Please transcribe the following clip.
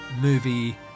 movie